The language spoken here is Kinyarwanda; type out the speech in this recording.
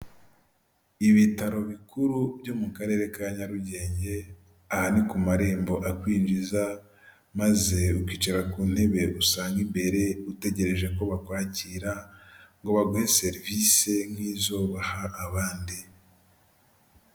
Ibitaro bikuru byo mu Karere ka Nyarugenge, aha ni ku marembo akwinjiza maze ukicara ku ntebe, usanga imbere utegereje ko bakwakira ngo baguhe serivisi nk'izubaha abandi.